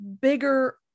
bigger